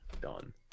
done